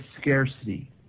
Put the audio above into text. scarcity